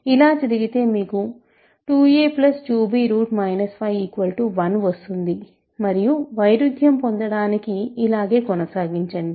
ఇలా జరిగితే మీకు 2a 2 b 51 వస్తుంది మరియు వైరుధ్యం పొందడానికి ఇలాగే కొనసాగించండి